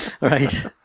Right